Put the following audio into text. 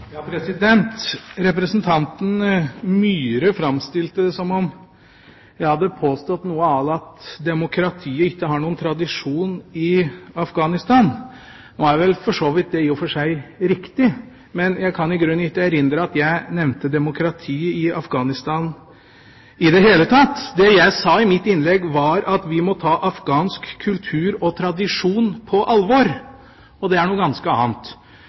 Representanten Myhre framstilte det som om jeg hadde påstått noe à la at demokratiet ikke har noen tradisjon i Afghanistan. Nå er vel for så vidt det riktig. Men jeg kan i grunnen ikke erindre at jeg nevnte demokrati i Afghanistan i det hele tatt. Det jeg sa i mitt innlegg, var at vi må ta afghansk kultur og tradisjon på alvor – og det er noe ganske annet.